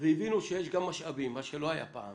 והבינו שיש גם משאבים, מה שלא היה פעם.